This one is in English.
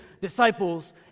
disciples